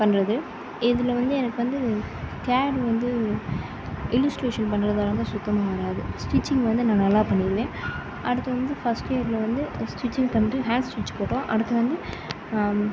பண்ணுறது இதில் வந்து எனக்கு வந்து கேட் வந்து இல்லுஸ்ட்ரேஷன் பண்ணுறதால வந்து சுத்தமாக வராது ஸ்டிச்சிங் வந்து நான் நல்லா பண்ணிடுவேன் அடுத்து வந்து ஃபர்ஸ்ட் இயரில் வந்து ஸ்டிச்சிங் பண்ணிவிட்டு ஹேண்ட் ஸ்டிச் போட்டோம் அடுத்து வந்து